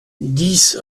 dix